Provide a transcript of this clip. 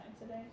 today